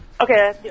Okay